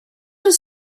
does